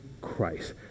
Christ